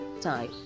time